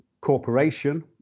corporation